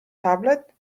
tablet